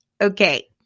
okay